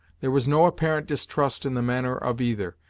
there was no apparent distrust in the manner of either,